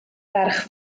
ferch